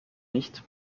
nicht